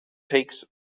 takes